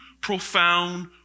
profound